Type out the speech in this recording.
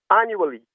annually